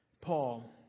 Paul